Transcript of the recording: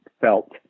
felt